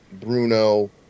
Bruno